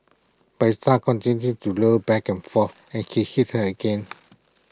but his star continued to low back and forth and he hit her again